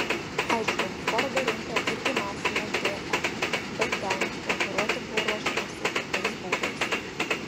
aišku fordo rinka irgi masino dm bet ten konkuruoti buvo ruošiamasi kitais būdais